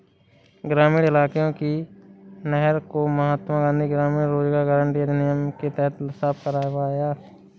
ग्रामीण इलाके की नहर को महात्मा गांधी ग्रामीण रोजगार गारंटी अधिनियम के तहत साफ करवाया